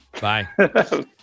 Bye